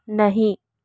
नहीं